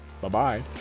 Bye-bye